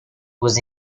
was